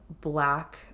black